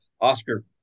Oscar